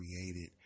created